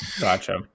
gotcha